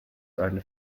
seine